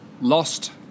lost